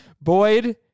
Boyd